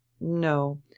no